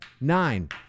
nine